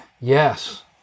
Yes